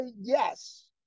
yes